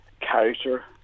character